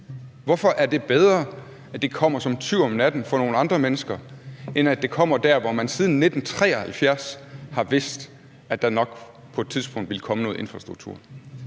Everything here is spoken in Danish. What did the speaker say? Hvorfor er det bedre, at det kommer som en tyv om natten for nogle andre mennesker, end at det kommer der, hvor man siden 1973 har vidst, at der nok på et tidspunkt vil komme noget infrastruktur?